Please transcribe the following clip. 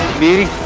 be